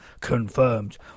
Confirmed